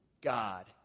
God